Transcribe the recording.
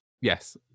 Yes